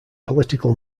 political